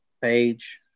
page